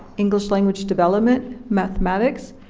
english language development, mathematics,